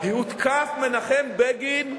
הותקף מנחם בגין,